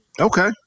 Okay